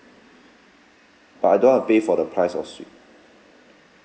but I don't want to pay for the price of suite